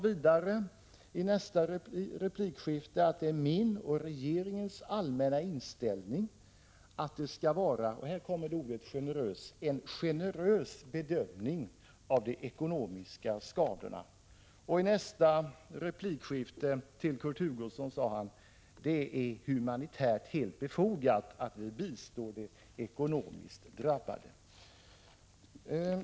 I sin replik sade han att det var hans och regeringens allmänna inställning att det skulle göras ”en generös bedömning” av de ekonomiska skadorna. I nästa replik till Kurt Hugosson sade han att det var humanitärt helt befogat att bistå de ekonomiskt drabbade.